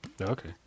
Okay